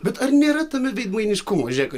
bet ar nėra tame veidmainiškumo žiūrėk